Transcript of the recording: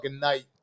night